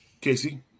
Casey